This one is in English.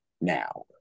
now